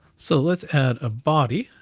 so let's add a body.